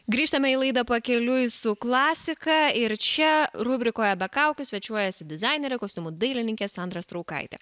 grįžtame į laidą pakeliui su klasika ir čia rubrikoje be kaukių svečiuojasi dizainerė kostiumų dailininkė sandra straukaitė